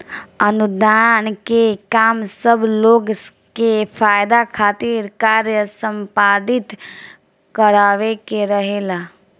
अनुदान के काम सब लोग के फायदा खातिर कार्य संपादित करावे के रहेला